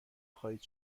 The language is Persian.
خواهید